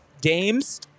games